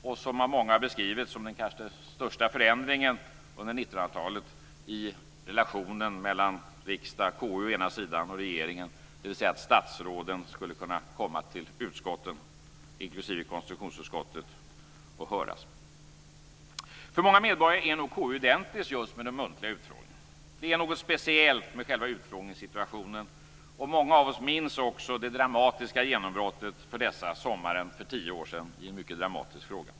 Den har av många beskrivits som den kanske största förändringen under 1900-talet i relationen mellan riksdag-KU och regeringen, dvs. att statsråden skulle kunna komma till utskotten, inklusive konstitutionsutskottet, och höras. För många medborgare är nog KU identiskt just med den muntliga utfrågningen. Det är något speciellt med själva utfrågningssituationen. Många av oss minns också det dramatiska genombrottet för dessa sommaren för tio år sedan i en mycket dramatisk fråga.